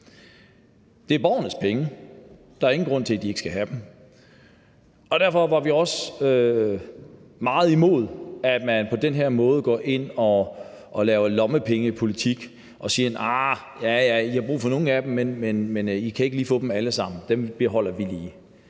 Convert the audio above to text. Det er borgernes penge; der er ingen grund til, at de ikke skal have dem. Og derfor var vi også meget imod, at man på den her måde går ind og laver lommepengepolitik og siger: Ja, ja, I har brug for nogle af pengene, men I kan ikke lige få dem alle sammen, resten beholder vi lige.